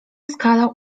skala